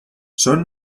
són